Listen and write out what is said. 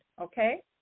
Okay